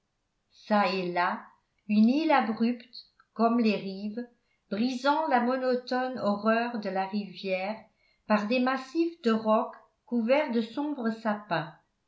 çà et là une île abrupte comme les rives brisant la monotone horreur de la rivière par des massifs de rocs couverts de sombres sapins